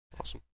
Awesome